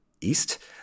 east